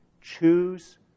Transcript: choose